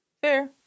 Fair